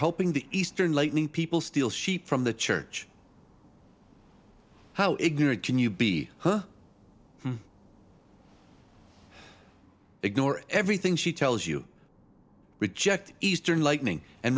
helping the eastern lightning people steal sheep from the church how ignorant can you be her ignore everything she tells you reject eastern lightning and